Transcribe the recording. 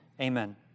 Amen